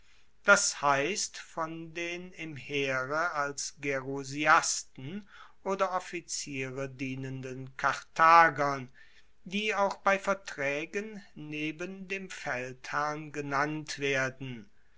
das heisst von den im heere als gerusiasten oder offiziere dienenden karthagern die auch bei vertraegen neben dem feldherrn genannt werden